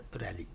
rally